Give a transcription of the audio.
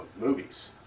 movies